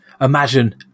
imagine